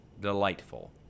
Delightful